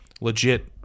legit